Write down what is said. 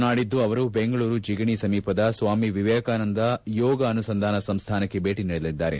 ನಾಡಿದ್ಲು ಅವರು ಬೆಂಗಳೂರು ಜಿಗಣಿಯ ಸ್ವಾಮಿ ವಿವೇಕಾನಂದ ಯೋಗ ಅನುಸಂಧಾನ ಸಂಸ್ಲಾನಕ್ಕೆ ಭೇಟಿ ನೀಡಲಿದ್ದಾರೆ